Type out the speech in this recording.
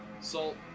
salt